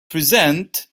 present